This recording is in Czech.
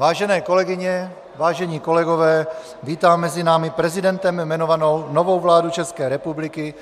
Vážené kolegyně, vážení kolegové, vítám mezi námi prezidentem jmenovanou novou vládu České republiky.